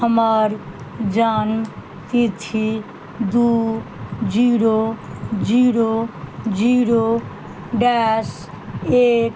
हमर जनमतिथि दुइ जीरो जीरो जीरो डैस एक